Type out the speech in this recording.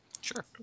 Sure